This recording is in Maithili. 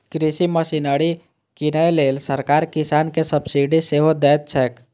कृषि मशीनरी कीनै लेल सरकार किसान कें सब्सिडी सेहो दैत छैक